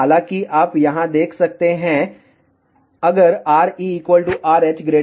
हालांकि आप यहां देख सकते हैं अगर RE RH 150 mm